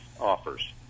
offers